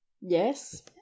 Yes